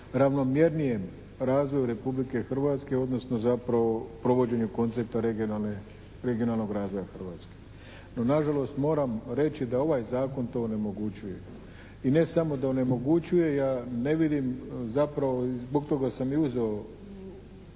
ravnomjernijem razvoju Republike Hrvatske odnosno zapravo provođenju koncepta regionalne, regionalnog razvoja Hrvatske. No nažalost moram reći da ovaj Zakon to onemogućuje. I ne samo da onemogućuje, ja ne vidim zapravo i zbog toga sam i uzeo